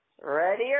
ready